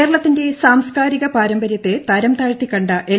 കേരളത്തിന്റെ സാംസ്കാരിക പാരമ്പര്യത്തെ തരംതാഴ്ത്തി കണ്ട എൽ